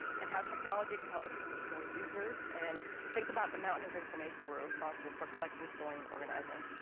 and how technology can help us reach more users and think about the mountain of information we're responsible for collecting, storing and organizing.